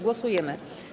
Głosujemy.